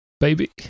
baby